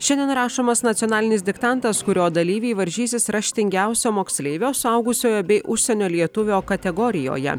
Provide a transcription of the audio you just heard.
šiandien rašomas nacionalinis diktantas kurio dalyviai varžysis raštingiausio moksleivio suaugusiojo bei užsienio lietuvio kategorijoje